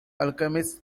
alchemist